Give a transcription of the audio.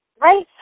right